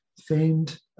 famed